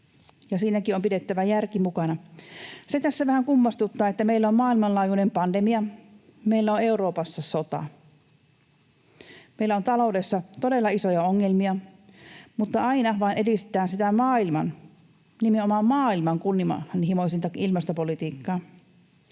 siinäkin on pidettävä järki mukana. Se tässä vähän kummastuttaa, että meillä on maailmanlaajuinen pandemia, meillä on Euroopassa sota, meillä on taloudessa todella isoja ongelmia, mutta aina vain edistetään sitä maailman — nimenomaan maailman — kunnianhimoisinta ilmastopolitiikkaa.